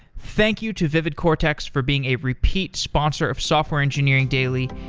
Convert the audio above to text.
thank you to vividcortex for being a repeat sponsor of software engineering daily.